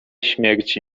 śmierci